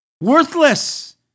worthless